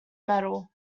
medal